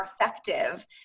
effective